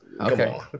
Okay